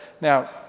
Now